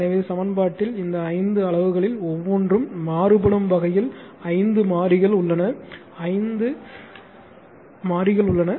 எனவே சமன்பாட்டில் இந்த ஐந்து அளவுகளில் ஒவ்வொன்றும் மாறுபடும் வகையில் ஐந்து மாறிகள் உள்ளன ஐந்து மாறிகள் உள்ளன